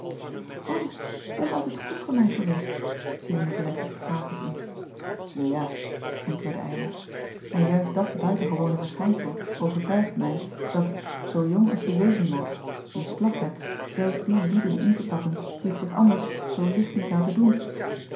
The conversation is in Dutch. zij is altijd goed voor mij geweest viel icolette haastig in u ja antwoordde ylar en juist dat buitengewone verschijnsel overtuigt mij dat zoo jong als je wezen moogt je slag hebt zelfs die lieden in te pakken die t zich anders zoo licht niet laten doen